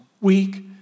weak